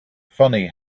funny